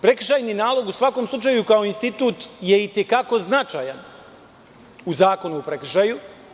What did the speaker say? Prekršajni nalog u svakom slučaju kao institut je i te kako značajan u Zakonu o prekršaju.